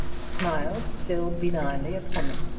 smiled still benignly upon them.